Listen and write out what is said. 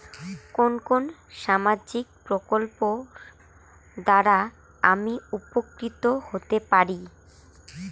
কোন কোন সামাজিক প্রকল্প দ্বারা আমি উপকৃত হতে পারি?